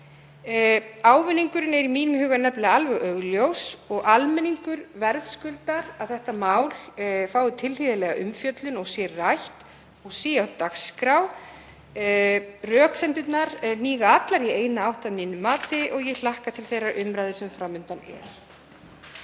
Ávinningurinn er í mínum huga nefnilega alveg augljós og almenningur verðskuldar að þetta mál fái tilhlýðilega umfjöllun og sé rætt og sé á dagskrá. Röksemdirnar hníga allar í eina átt að mínu mati og ég hlakka til þeirrar umræðu sem fram undan er.